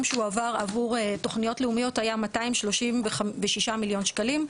שהועבר עבור תוכניות לאומיות היה 236 מיליון שקלים,